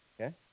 okay